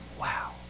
Wow